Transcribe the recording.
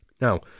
Now